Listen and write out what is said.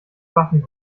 waffen